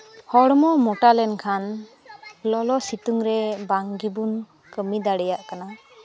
ᱦᱚᱲᱢᱚ ᱢᱚᱴᱟ ᱞᱮᱱᱠᱷᱟᱱ ᱞᱚᱞᱚ ᱥᱤᱛᱩᱝ ᱨᱮ ᱵᱟᱝ ᱜᱮᱵᱚᱱ ᱠᱟᱹᱢᱤ ᱫᱟᱲᱮᱭᱟᱜ ᱠᱟᱱᱟ